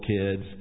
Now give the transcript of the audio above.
kids